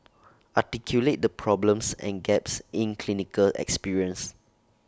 articulate the problems and gaps in clinical experience